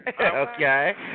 Okay